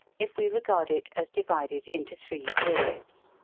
if we regard it as divided into three periods.